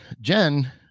Jen